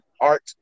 art